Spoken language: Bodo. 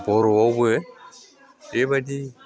बर'आवबो बेबायदि